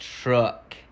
truck